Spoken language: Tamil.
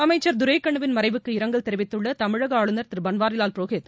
அமைச்ச் துரைக்கண்ணுவின் மறைவுக்கு இரங்கல் தெிவித்துள்ள தமிழக ஆளுநர் திரு பள்வாரிவால் புரோகித்